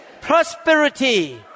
Prosperity